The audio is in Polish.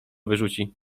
wyrzuci